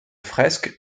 fresques